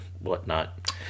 whatnot